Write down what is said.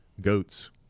goats